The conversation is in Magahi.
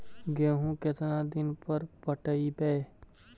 गेहूं केतना दिन पर पटइबै?